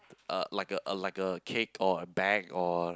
uh like a uh like a cake or bag or